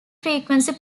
frequency